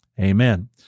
amen